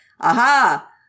Aha